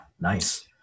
nice